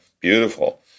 Beautiful